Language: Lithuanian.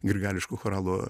grigališko choralo